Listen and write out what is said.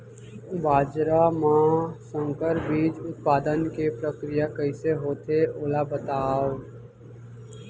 बाजरा मा संकर बीज उत्पादन के प्रक्रिया कइसे होथे ओला बताव?